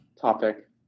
Topic